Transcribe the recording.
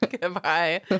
Goodbye